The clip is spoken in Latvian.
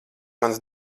mans